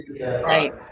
Right